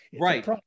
Right